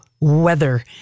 weather